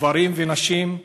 גברים ונשים,